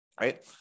right